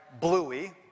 Bluey